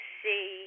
see